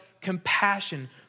compassion